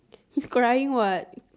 he's crying what